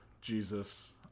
Jesus